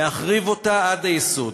להחריב אותה עד היסוד,